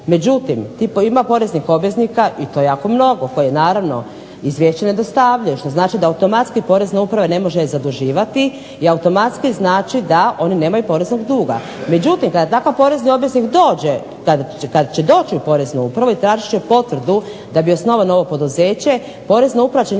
Međutim ima poreznih obveznika i to jako mnogo koji naravno izvješća ne dostavljaju što znači da automatski porezna uprava ne može je zaduživati i automatski znači da oni nemaju poreznog duga. Međutim kada takav porezni obveznik dođe kada će doći u POreznu upravu i tražit će potvrdu da bi osnovao novo poduzeće Porezna uprava